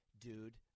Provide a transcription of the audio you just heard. dude